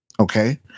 Okay